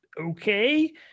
okay